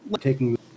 taking